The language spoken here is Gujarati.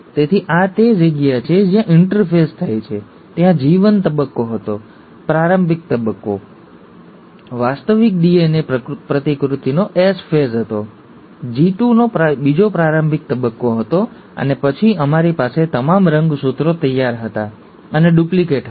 તેથી આ તે જગ્યા છે જ્યાં ઇન્ટરફેઝ થાય છે ત્યાં G 1 તબક્કો હતો પ્રારંભિક તબક્કો હતો વાસ્તવિક ડીએનએ પ્રતિકૃતિનો S ફેઝ હતો G 2 નો બીજો પ્રારંભિક તબક્કો હતો અને પછી અમારી પાસે તમામ રંગસૂત્રો તૈયાર હતા અને ડુપ્લિકેટ હતા